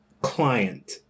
client